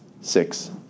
six